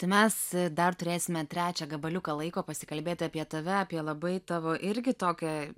tai mes dar turėsime trečią gabaliuką laiko pasikalbėti apie tave apie labai tavo irgi tokią